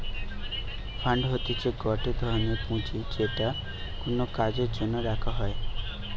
fund হতিছে গটে ধরনের পুঁজি যেটা কোনো কাজের জন্য রাখা হই